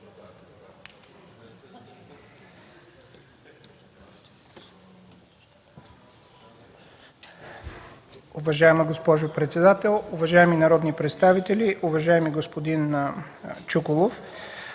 Уважаема госпожо председател, уважаеми народни представители! Уважаеми господин Чуколов,